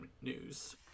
News